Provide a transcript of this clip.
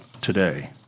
today